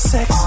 Sex